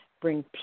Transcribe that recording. bring